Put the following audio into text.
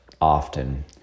often